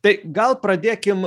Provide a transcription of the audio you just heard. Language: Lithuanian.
tai gal pradėkim